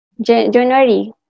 January